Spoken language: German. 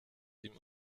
ihm